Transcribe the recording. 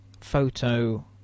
photo